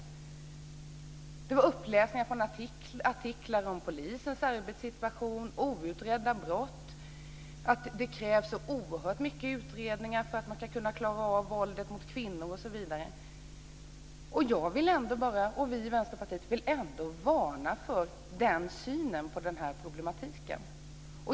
Han gjorde en uppläsning ur artiklar om polisens arbetssituation, om outredda brott och om att det krävs oerhört mycket utredningar för att man ska kunna klara av våldet mot kvinnor osv. Jag och Vänsterpartiet vill varna för den synen på den här problematiken.